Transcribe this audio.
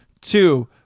two